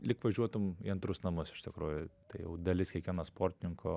lyg važiuotum į antrus namus iš tikrųjų tai jau dalis kiekvieno sportininko